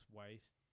waste